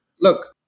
Look